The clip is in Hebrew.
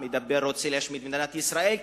שהוא רוצה להשמיד את מדינת ישראל,